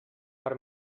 per